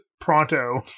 pronto